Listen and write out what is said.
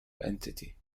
entity